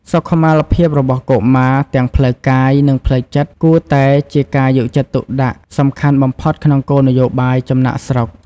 សុខុមាលភាពរបស់កុមារ ទាំងផ្លូវកាយ និងផ្លូវចិត្ត គួរតែជាការយកចិត្តទុកដាក់សំខាន់បំផុតក្នុងគោលនយោបាយចំណាកស្រុក។